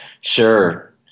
Sure